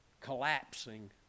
collapsing